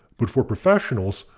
but for professionals,